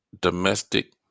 domestic